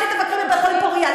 לכי תבקרי בבית-חולים פוריה,